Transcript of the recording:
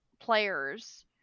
players